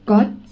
God